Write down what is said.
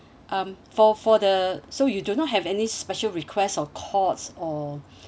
um for for the so you do not have any special request of cots or